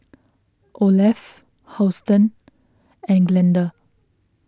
Olaf Houston and Glenda